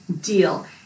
deal